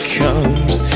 comes